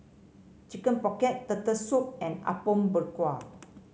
Chicken Pocket Turtle Soup and Apom Berkuah